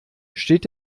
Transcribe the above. steht